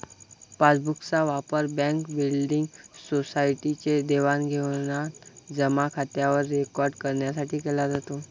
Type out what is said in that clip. passbook चा वापर bank, building, society चे देवाणघेवाण जमा खात्यावर रेकॉर्ड करण्यासाठी केला जातो